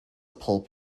pulp